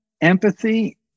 empathy